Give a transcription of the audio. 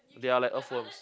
they are like earthworms